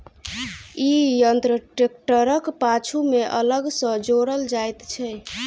ई यंत्र ट्रेक्टरक पाछू मे अलग सॅ जोड़ल जाइत छै